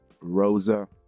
rosa